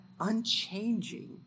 unchanging